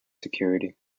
security